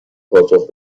پاسخ